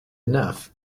enough